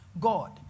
God